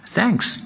Thanks